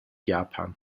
japan